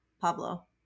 Pablo